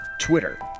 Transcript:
Twitter